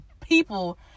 people